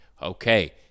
okay